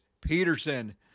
Peterson